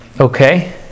Okay